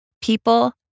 People